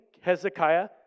Hezekiah